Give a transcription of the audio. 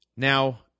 Now